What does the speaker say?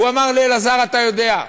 והוא אמר לי: אלעזר, אתה יודע.